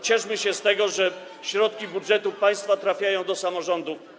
Cieszmy się z tego, że środki z budżetu państwa trafiają do samorządów.